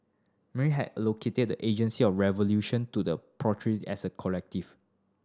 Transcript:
Marx had allocated the agency of revolution to the proletariat as a collective